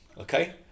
Okay